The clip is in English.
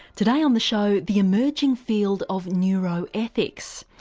today on the show the emerging field of neuroethics.